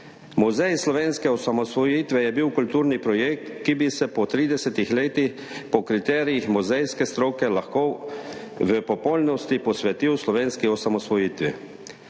Muzej slovenske osamosvojitve je bil kulturni projekt, ki bi se po 30 letih po kriterijih muzejske stroke lahko v popolnosti posvetil slovenski osamosvojitvi.